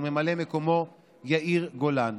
וממלא מקומו: יאיר גולן.